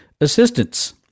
assistance